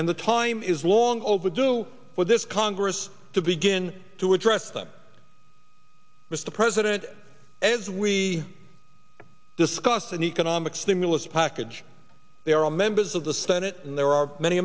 and the time is long overdue for this congress to begin to address them mr president as we discuss the new economic stimulus package there are members of the senate and there are many